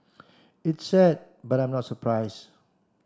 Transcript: it's sad but I'm not surprise